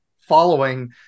following